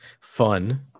fun